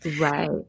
right